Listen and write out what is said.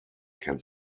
can